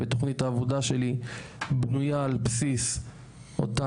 ותוכנית העבודה שלי בנויה על בסיס אותם